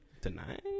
tonight